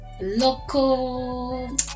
local